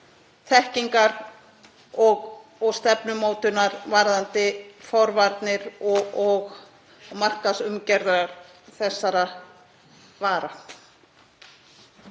þekkingar og stefnumótunar varðandi forvarnir og markaðsumgjörð þessara vara.